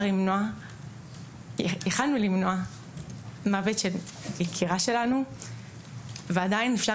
יכולנו למנוע מוות של היקירה שלנו ועדיין אפשר